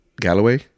Galloway